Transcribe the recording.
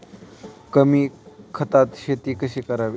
कमी खतात शेती कशी करावी?